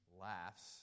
laughs